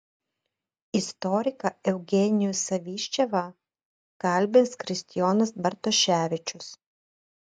istoriką eugenijų saviščevą kalbins kristijonas bartoševičius